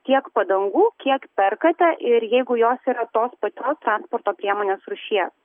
tiek padangų kiek perkate ir jeigu jos yra tos pačios transporto priemonės rūšies